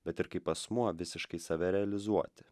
bet ir kaip asmuo visiškai save realizuoti